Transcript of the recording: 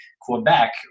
Quebec